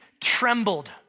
trembled